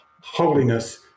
holiness